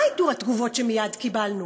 מה היו התגובות שמייד קיבלנו?